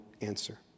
answer